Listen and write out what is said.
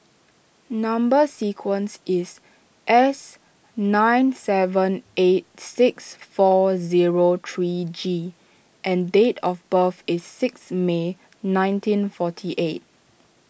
Number Sequence is S nine seven eight six four zero three G and date of birth is six May nineteen forty eight